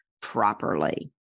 properly